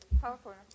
California